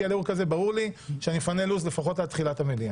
שברור לי שבערעור כזה אפנה לו"ז לפחות עד תחילת המליאה.